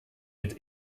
mit